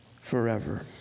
forever